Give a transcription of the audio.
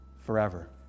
forever